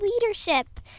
leadership